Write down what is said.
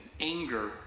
anger